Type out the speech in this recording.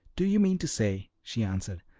do you mean to say, she answered,